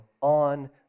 on